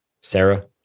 Sarah